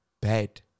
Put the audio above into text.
bed